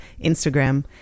Instagram